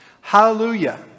Hallelujah